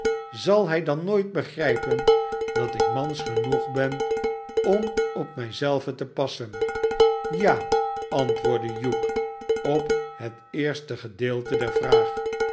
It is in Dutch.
zal hij dan nooit begrijpen dat ik mans genoeg ben om op mij zelven te passen ja antwoordde hugh op het eerste gedeelte der vraag